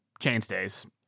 chainstays